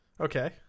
Okay